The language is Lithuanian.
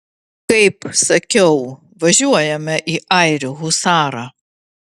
kaip sakiau važiuojame į airių husarą